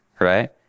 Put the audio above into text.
Right